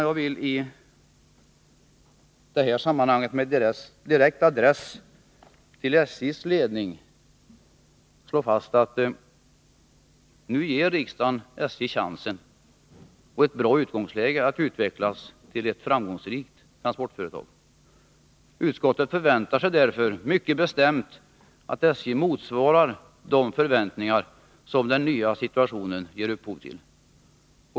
Jag vill i detta sammanhang, fru talman, med direkt adress till SJ:s ledning, slå fast att nu ger riksdagen SJ chansen och ett bra utgångsläge för att utvecklas till ett framgångsrikt transportföretag. Utskottet utgår därför mycket bestämt från att SJ motsvarar de förväntningar som den nya situationen ger upphov till.